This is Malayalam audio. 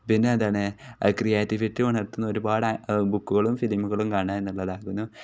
പിന്നെ എന്താണ് ക്രിയേറ്റിവിറ്റി ഉണർത്തുന്ന ഒരുപാട് ബുക്കുകളും ഫിലിമുകളും കാണുക എന്നുള്ളതാകുന്നു